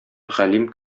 галим